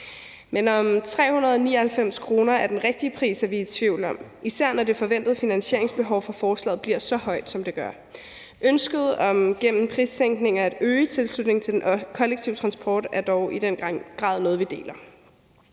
Men om 399 kr. er den rigtige pris, er vi er i tvivl om, især når det forventede finansieringsbehov for forslaget bliver så højt, som det gør. Ønsket om at øge tilslutningen til den kollektive transport gennem prissænkninger er dog i den grad noget, vi deler.